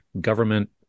government